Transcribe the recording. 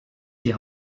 die